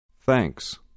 Thanks